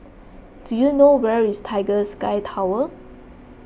do you know where is Tiger Sky Tower